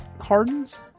hardens